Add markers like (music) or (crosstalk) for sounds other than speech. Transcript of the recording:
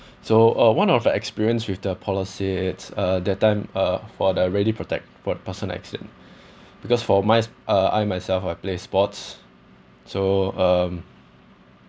so uh one of the experience with the policy it's uh that time uh for the ready protect for personal accident (breath) because for mine uh I myself I play sports so um